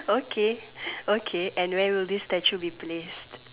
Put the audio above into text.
okay okay and where would this statue be placed